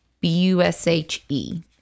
B-U-S-H-E